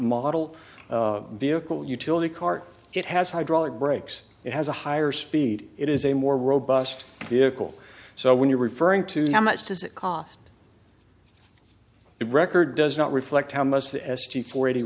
model vehicle utility cart it has hydraulic brakes it has a higher speed it is a more robust vehicle so when you're referring to how much does it cost the record does not reflect how much the s g for